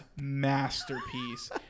masterpiece